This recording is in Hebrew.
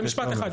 במשפט אחד.